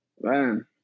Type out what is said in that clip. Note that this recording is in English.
Man